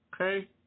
okay